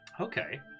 okay